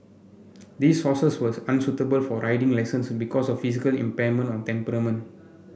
these horses was unsuitable for riding lessons because of physical impairment or temperament